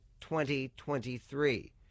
2023